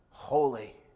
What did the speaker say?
holy